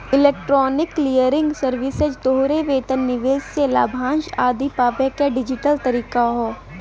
electronic clearing services तोहरे वेतन, निवेश से लाभांश आदि पावे क डिजिटल तरीका हौ